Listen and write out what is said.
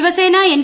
Shiv Sena N